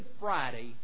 Friday